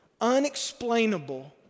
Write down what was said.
unexplainable